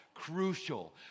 Crucial